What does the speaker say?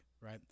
right